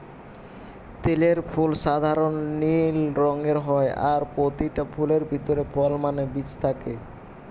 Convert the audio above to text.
তিলের ফুল সাধারণ নীল রঙের হয় আর পোতিটা ফুলের ভিতরে ফল মানে বীজ থাকে